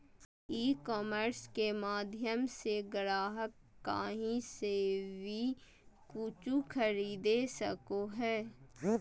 e commerce के माध्यम से ग्राहक काही से वी कूचु खरीदे सको हइ